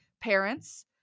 parents